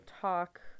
talk